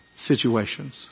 situations